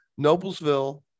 Noblesville